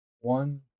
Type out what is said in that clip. one